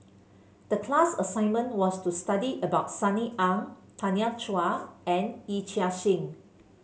the class assignment was to study about Sunny Ang Tanya Chua and Yee Chia Hsing